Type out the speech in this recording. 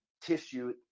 tissue